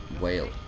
whale